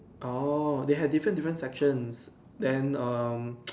orh they had different different sections then um